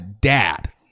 Dad